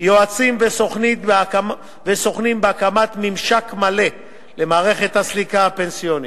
יועצים וסוכנים בהקמת ממשק מלא למערכת הסליקה הפנסיונית.